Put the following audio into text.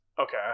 Okay